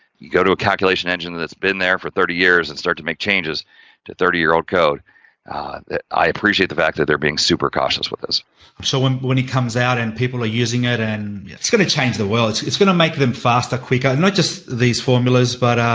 go to a calculation engine that's been there for thirty years and start to make changes to thirty year old code that i appreciate the fact, that they're being super cautious with this. john so, when when it comes out and people are using it and yeah it's going to change the world. john it's going to make them faster, quicker, not just these formulas but